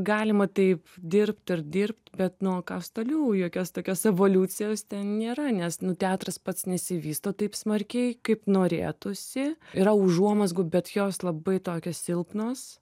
galima taip dirbt ir dirbt bet nu o kas toliau jokios tokios evoliucijos ten nėra nes nu teatras pats nesivysto taip smarkiai kaip norėtųsi yra užuomazgų bet jos labai tokios silpnos